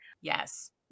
Yes